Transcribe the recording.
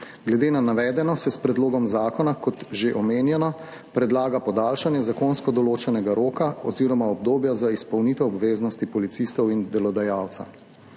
Glede na navedeno se s predlogom zakona, kot že omenjeno, predlaga podaljšanje zakonsko določenega roka oziroma obdobja za izpolnitev obveznosti policistov in delodajalca.